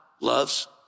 loves